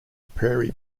prairie